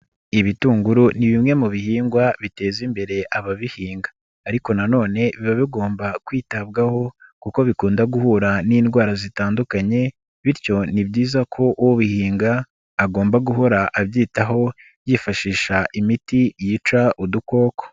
Ibitunguru ni bimwe mu bihingwa biteza imbere ababihinga ariko nanone biba bigomba kwitabwaho, kuko bikunda guhura n'indwara zitandukanye bityo ni byiza ko ubihinga agomba guhora abyitaho yifashisha imiti yica udukoko.